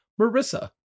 Marissa